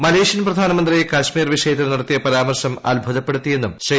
Malaysian പ്രധാനമന്ത്രി കശ്മീർ വിഷയത്തിൽ നടത്തിയ പ്രാമർശം അത്ഭുതപ്പെടുത്തിയെന്നും ശ്രീ